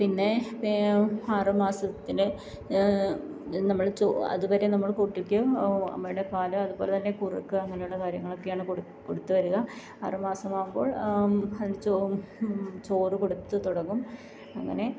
പിന്നെ ആറു മാസത്തിന് നമ്മള് ചോ അതുവരെ നമ്മള് കുട്ടിക്ക് അമ്മയുടെ പാല് അതുപോലെ തന്നെ കുറുക്ക് അങ്ങനെയുള്ള കാര്യങ്ങളൊക്കെയാണ് കൊടു കൊടുത്തു വരുക ആറു മാസമാകുമ്പോള് അതിന് ചോ ചോറ് കൊടുത്ത് തുടങ്ങും അങ്ങനെ